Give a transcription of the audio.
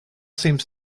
seems